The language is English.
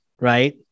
right